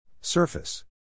Surface